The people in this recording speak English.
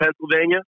Pennsylvania